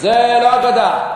זו לא אגדה.